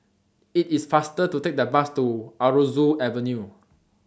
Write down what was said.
IT IS faster to Take The Bus to Aroozoo Avenue